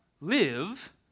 live